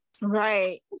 right